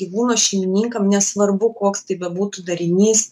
gyvūno šeimininkam nesvarbu koks tai bebūtų darinys